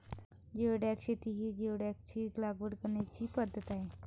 geoduck शेती ही जिओडॅकची लागवड करण्याची पद्धत आहे